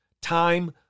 Time